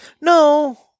No